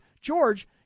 George